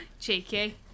Cheeky